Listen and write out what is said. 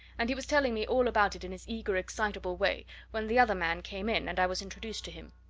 and he was telling me all about it in his eager, excitable way when the other man came in, and i was introduced to him.